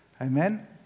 Amen